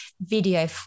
video